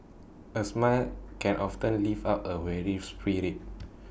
A smile can often lift up A weary spirit